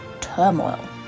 turmoil